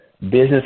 business